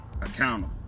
accountable